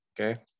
okay